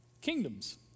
Kingdoms